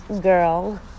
girl